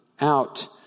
out